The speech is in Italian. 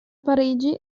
parigi